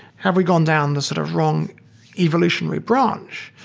have we gone down the sort of wrong evolution we branched?